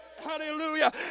Hallelujah